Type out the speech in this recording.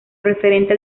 referente